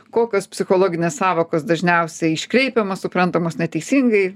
kokios psichologinės sąvokos dažniausiai iškreipiamos suprantamos neteisingai